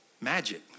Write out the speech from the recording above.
magic